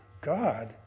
God